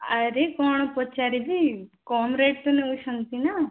ଆରେ କ'ଣ ପଚାରିବି କମ୍ ରେଟ୍ ତ ନେଉଛନ୍ତି ନା